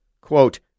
Quote